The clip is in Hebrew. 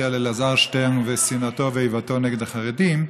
על אלעזר שטרן ושנאתו ואיבתו נגד החרדים,